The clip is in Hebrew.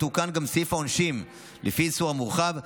מתוקן גם סעיף העונשין לפי האיסור המורחב,